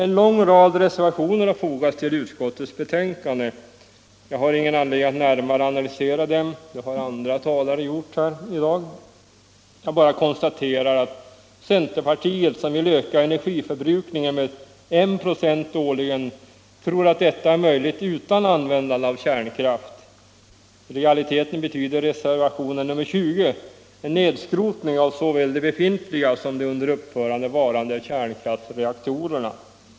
En lång rad reservationer har fogats till utskottets betänkande. Jag har ingen anledning att närmare analysera dem. Det har andra talare gjort i dag. Jag bara konstaterar att centerpartiet, som vill öka energiförbrukningen med 1 96 årligen, tror att detta är möjligt utan användande av kärnkraft. I realiteten betyder reservationen 20 en nedskrotning av såväl de befintliga som de under uppförande varande kärnkraftsreaktorerna.